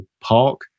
park